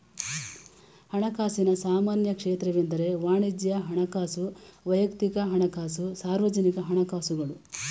ಹಣಕಾಸಿನ ಸಾಮಾನ್ಯ ಕ್ಷೇತ್ರಗಳೆಂದ್ರೆ ವಾಣಿಜ್ಯ ಹಣಕಾಸು, ವೈಯಕ್ತಿಕ ಹಣಕಾಸು, ಸಾರ್ವಜನಿಕ ಹಣಕಾಸುಗಳು